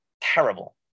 terrible